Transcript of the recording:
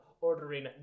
ordering